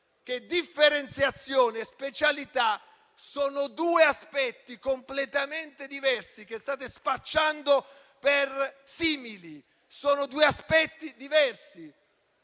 che differenziazione e specialità sono due aspetti completamente diversi che state spacciando per simili. Sono due aspetti diversi.